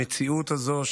במציאות הזו,